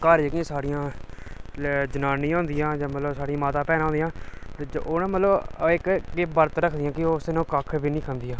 घर जेह्किया साढ़ियां जनानियां होंदिया जां मतलब साढ़ियां माता भैनां होदिया ओह् न मतलब ओह् इक बरत रखदियां कि उस दिन ओह् कक्ख बी नेईं खंदियां